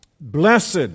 Blessed